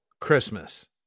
Christmas